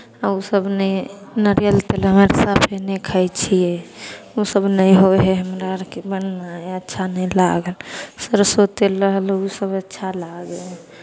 आ ओसभ नहि नारियल तेल हमरा अर सभके नहि खाइ छियै ओसभ नहि होइ हइ हमरा अरके बनायल अच्छा नहि लागै सरिसो तेल रहलहुँ ओसभ अच्छा लागै हइ